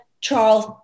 Charles